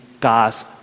God's